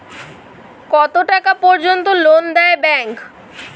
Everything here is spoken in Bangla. কত টাকা পর্যন্ত লোন দেয় ব্যাংক?